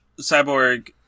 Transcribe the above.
cyborg